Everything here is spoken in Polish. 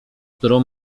którą